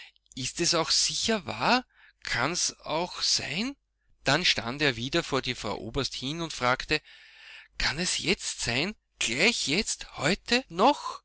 ist es auch sicher wahr kann's auch sein dann stand er wieder vor die frau oberst hin und fragte kann es jetzt sein gleich jetzt heut noch